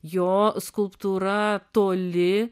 jo skulptūra toli